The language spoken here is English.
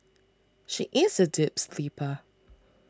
she is a deep sleeper